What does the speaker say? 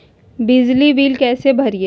बिजली बिल कैसे भरिए?